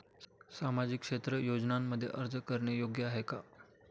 सामाजिक क्षेत्र योजनांमध्ये अर्ज करणे योग्य आहे का?